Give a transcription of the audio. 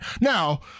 Now